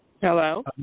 Hello